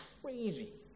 crazy